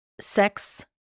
sex